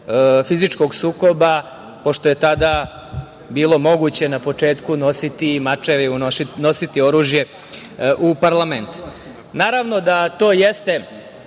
fizičkog sukoba, pošto je tada bilo moguće na početku nositi mačeve i unositi oružje u parlament. Naravno da to jeste